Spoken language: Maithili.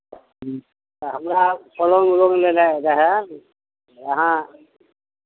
ह्म्म तऽ हमरा पलङ्ग उलङ्ग लेनाय रहै अहाँ